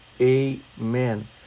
Amen